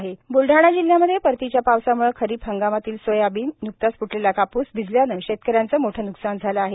शेती न्कसान ब्लडाणा जिल्हयामध्ये परतीच्या पावसामुळे खरीप हंगामातील सोयाबीन नुकताच फुटलेला कापूस भिजल्याने शेतकऱ्यांचे मोठे न्कसान झाले आहे